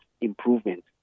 improvement